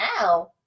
now